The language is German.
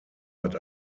hat